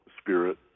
spirit